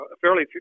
fairly